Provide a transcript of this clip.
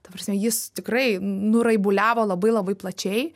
ta prasme jis tikrai nuraibuliavo labai labai plačiai